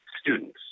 students